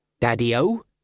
Daddy-o